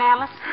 Alice